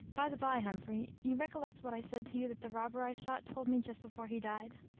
by-the-by, humphrey, you recollect what i said to you that the robber i shot told me just before he died.